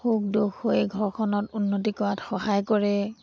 সুখ দুখ হৈ ঘৰখনত উন্নতি কৰাত সহায় কৰে